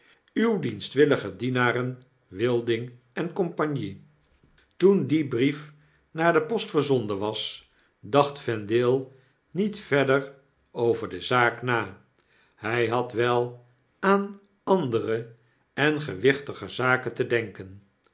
uwe dienstwillige dienaren wilding en cie toen die brief naar de post verzonden was dacht vendale niet verder over de zaak na hg had wel aan andere en gewichtiger zaken te denkenl